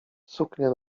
suknia